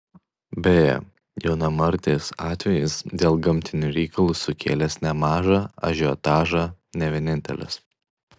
beje jaunamartės atvejis dėl gamtinių reikalų sukėlęs nemažą ažiotažą ne vienintelis